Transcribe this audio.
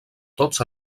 tots